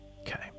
Okay